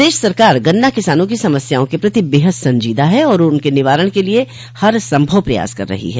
प्रदेश सरकार गन्ना किसानों की समस्याओं के प्रति बेहद संजीदा है और उनके निवारण के लिए हरसंभव प्रयास कर रही है